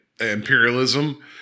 imperialism